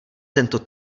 tento